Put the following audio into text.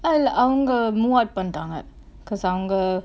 அவங்க:avanga move out பண்டாங்க:pantaanga cause அவங்க:avanga